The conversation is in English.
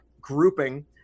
grouping